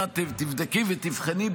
אם את תבדקי ותבחני,